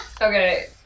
Okay